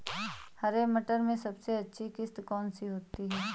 हरे मटर में सबसे अच्छी किश्त कौन सी होती है?